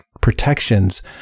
protections